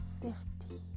safety